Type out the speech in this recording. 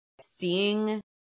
seeing